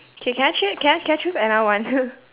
okay can I ch~ can I can I choose another one